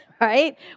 right